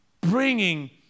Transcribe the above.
bringing